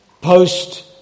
post